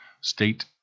state